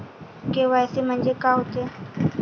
KYC म्हंनजे का होते?